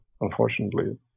unfortunately